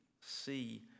see